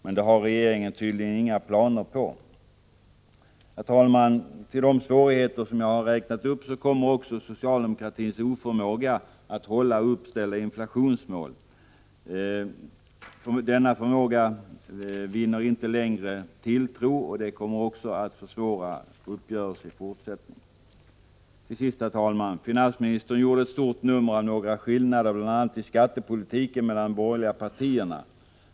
Men det har regeringen tydligen inga planer på. Till de svårigheter som jag här har räknat upp kommer också att socialdemokratins förmåga att hålla uppställda inflationsmål inte längre vinner tilltro. Även detta kommer att försvåra uppgörelser i fortsättningen. Till sist, herr talman! Finansministern gjorde ett stort nummer av några skillnader bl.a. i skattepolitiken mellan de borgerliga partierna.